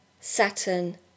Saturn